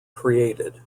created